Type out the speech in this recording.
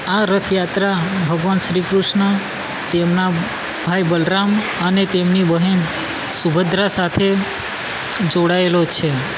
આ રથયાત્રા ભગવાન શ્રી કૃષ્ણ તેમના ભાઈ બલરામ અને તેમની બહેન સુભદ્રા સાથે જોડાયેલો છે